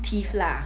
teeth lah